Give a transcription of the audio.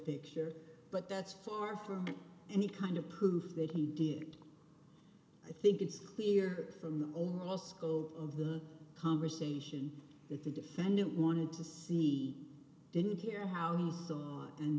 picture but that's far from any kind of proof that he did i think it's clear from the overall scope of the conversation that the defendant wanted to see didn't hear how he saw